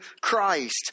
Christ